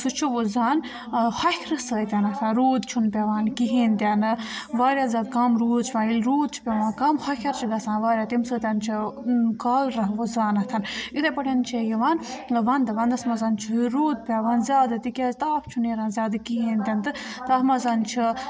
سُہ چھُ وُزان ہۄکھرٕ سۭتۍ اَتھ روٗد چھُنہٕ پٮ۪وان کِہیٖنۍ تہِ نہٕ وارِیاہ زیادٕ کَم روٗد چھُ پٮ۪وان ییٚلہِ روٗد چھُ پٮ۪وان کَم ہۄکھَر چھُ گَژھان وارِیاہ تیٚمہِ سۭتۍ چھُ کالر وُزان اَتھَن اِتھے پٲٹھۍ چھِ یِوان وَنٛدٕ وَنٛدَس منٛز چھُ روٗد پٮ۪وان زیادٕ تِکیازِ تاپھ چھُنہٕ نیران زیادٕ کِہیٖنۍ تہِ نہٕ تہٕ تَتھ منٛز چھُ